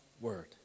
Word